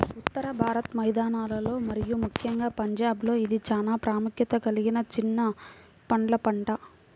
ఉత్తర భారత మైదానాలలో మరియు ముఖ్యంగా పంజాబ్లో ఇది చాలా ప్రాముఖ్యత కలిగిన చిన్న పండ్ల పంట